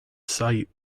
sight